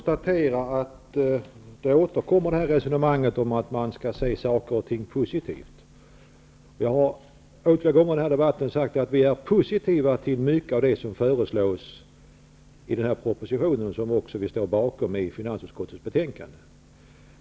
Herr talman! Resonemanget om att se saker och ting positivt återkommer. Jag har åtskilliga gånger i den här debatten sagt att vi är positiva till mycket av det som föreslås i propositionen och som vi också står bakom i finansutskottets betänkande.